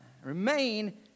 Remain